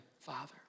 father